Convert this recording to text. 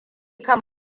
kan